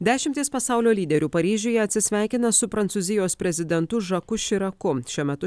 dešimtys pasaulio lyderių paryžiuje atsisveikina su prancūzijos prezidentu žaku širaku šiuo metu